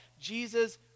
Jesus